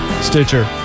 Stitcher